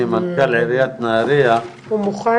כל אירוע, אתה מתעסק איתו אד הוק.